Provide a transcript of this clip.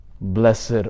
Blessed